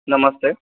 નમસ્તે